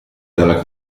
dalla